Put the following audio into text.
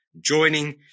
joining